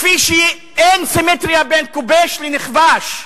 כפי שאין סימטריה בין כובש לנכבש,